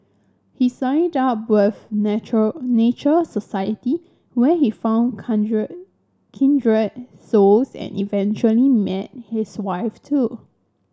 he signed up natural Nature Society where he found kindred souls and eventually met his wife too